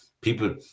People